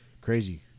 crazy